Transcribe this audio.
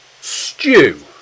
Stew